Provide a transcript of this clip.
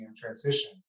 transition